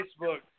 Facebook